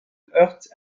heurte